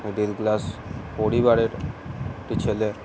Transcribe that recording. middle class পরিবারের একটি ছেলে